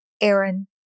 Aaron